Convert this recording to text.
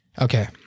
Okay